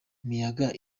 miyaga